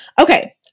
Okay